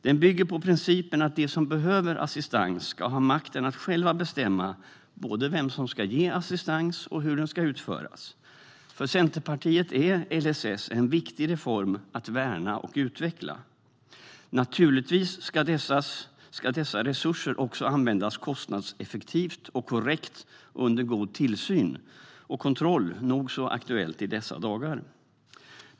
De bygger på principen att de som behöver assistans ska ha makten att själva bestämma både vem som ska ge assistans och hur den ska utföras. För Centerpartiet är LSS en viktig reform att värna och utveckla. Naturligtvis ska dessa resurser också användas kostnadseffektivt, korrekt, under god tillsyn och kontroll - nog så aktuellt i dessa dagar.